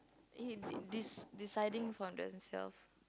he de~ deciding for themself